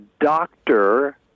doctor